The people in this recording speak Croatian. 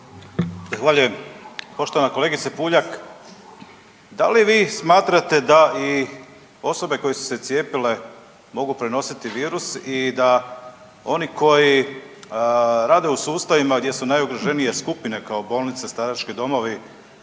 Poštovana kolegice Puljak da li vi smatrate da i osobe koje su se cijepile mogu prenositi virus i da oni koji rade u sustavima gdje su najugroženije skupine kao bolnice, starački domovi